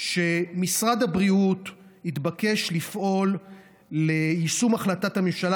ומשרד הבריאות התבקש לפעול ליישום החלטת הממשלה